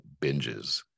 binges